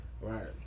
Right